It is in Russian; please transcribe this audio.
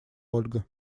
ольга